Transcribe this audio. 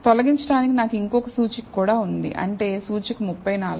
తొలగించడానికి నాకు ఇంకొక సూచిక కూడా ఉంది అంటే సూచిక 34